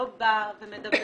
לא בא ומדבר.